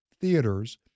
theaters